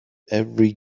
every